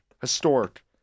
Historic